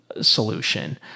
solution